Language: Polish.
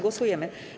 Głosujemy.